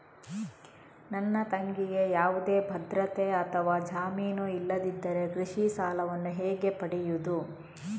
ನನ್ನ ತಂಗಿಗೆ ಯಾವುದೇ ಭದ್ರತೆ ಅಥವಾ ಜಾಮೀನು ಇಲ್ಲದಿದ್ದರೆ ಕೃಷಿ ಸಾಲವನ್ನು ಹೇಗೆ ಪಡೆಯುದು?